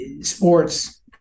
sports